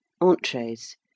entrees